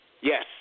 Yes